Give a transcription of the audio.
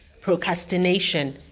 Procrastination